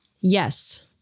Yes